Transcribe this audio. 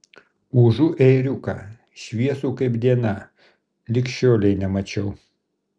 užu ėriuką šviesų kaip diena lig šiolei nemačiau